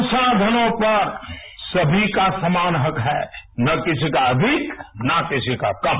संसाधनों पर सभी का समान हक है न किसी का अधिक न किसी का कम